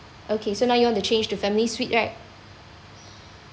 okay so now you want to change to family suite right